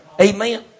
Amen